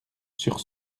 sur